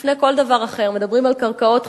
לפני כל דבר אחר, מדברים על קרקעות חינם,